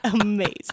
Amazing